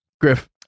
Griff